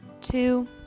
two